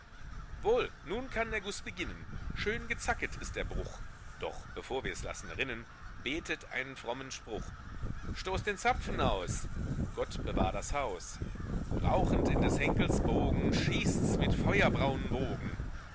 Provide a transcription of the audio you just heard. wohl nun kann der guß beginnen schön gezacket ist der bruch doch bevor wir's lassen rinnen betet einen frommen spruch stoßt den zapfen aus gott bewahr das haus raudlend in des henkels bogen schießts mit feuerbraunen wogen